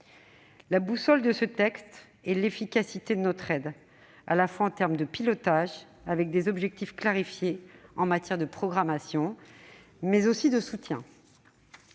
La boussole de ce texte est l'efficacité de notre aide, à la fois en termes de pilotage, avec des objectifs clarifiés en matière de programmation, et de soutien.